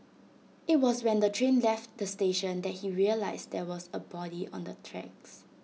IT was when the train left the station that he realised there was A body on the tracks